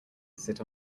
sit